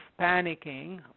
panicking